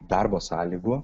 darbo sąlygų